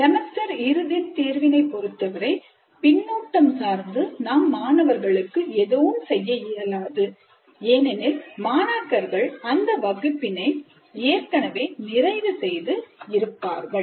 semester இறுதித் தேர்வினை பொருத்தவரை பின்னூட்டம் சார்ந்து நாம் மாணவர்களுக்கு எதுவும் செய்ய இயலாது ஏனெனில் மாணாக்கர்கள் அந்த வகுப்பினை ஏற்கனவே நிறைவு செய்து இருப்பார்கள்